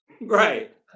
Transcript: Right